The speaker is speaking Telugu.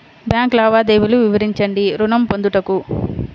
బ్యాంకు లావాదేవీలు వివరించండి ఋణము పొందుటకు?